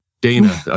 Dana